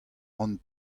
ran